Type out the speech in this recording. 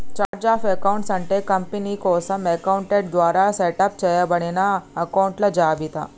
chart of accounts అంటే company కోసం accountant ద్వారా సెటప్ చేయబడిన అకొంట్ల జాబితా